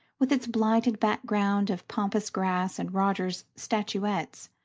with its blighted background of pampas grass and rogers statuettes,